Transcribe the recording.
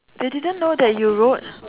they didn't know that you wrote